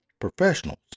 professionals